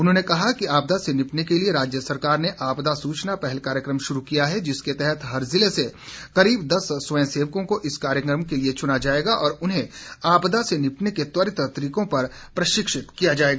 उन्होंने कहा कि आपदा से निपटने के लिये राज्य सरकार ने आपदा सूचना पहल कार्यक्रम शुरू किया है जिसके तहत हर जिले से करीब दस स्वयंसेवकों को इस कार्यक्रम के लिये चुना जाएगा और उन्हें आपदा से निपटने के त्वरित तरीकों पर प्रशिक्षित किया जाएगा